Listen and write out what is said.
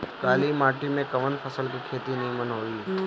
काली माटी में कवन फसल के खेती नीमन होई?